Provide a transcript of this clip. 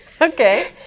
Okay